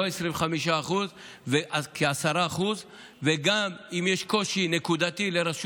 לא 25% אלא כ-10% ואם יש קושי נקודתי לרשות